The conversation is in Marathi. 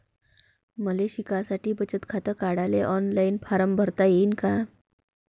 मले शिकासाठी बचत खात काढाले ऑनलाईन फारम भरता येईन का?